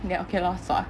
then okay lor sua